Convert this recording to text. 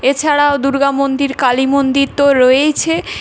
এছাড়াও দুর্গা মন্দির কালী মন্দির তো রয়েইছে